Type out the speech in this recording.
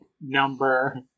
number